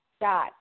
dot